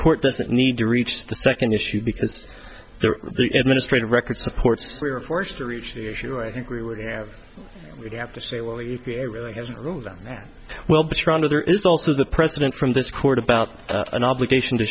court doesn't need to reach the second issue because their administrative record supports we are forced to reach the issue i think we would have we have to say well the e p a really hasn't ruled them that well there is also the president from this court about an obligation to